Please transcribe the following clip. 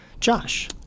Josh